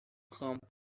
campo